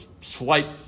slight